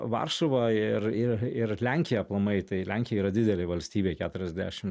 varšuva ir ir ir lenkija aplamai tai lenkija yra didelė valstybė keturiasdešim